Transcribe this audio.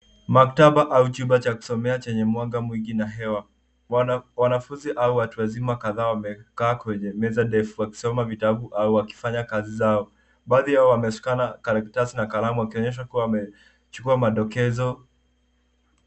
Maktaba au chumba cha kusomea chenye mwanga mwingi na hewa. Wanafunzi au watu wazima kadhaa wamekaa kwenye meza ndefu wakisoma vitabu au wakifanya kazi zao. Baadhi yao wameshika karatasi na kalamu wakionyesha kuwa wamechukua madokezo.